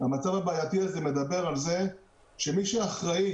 המצב הבעייתי הזה מדבר על זה שמי שאחראי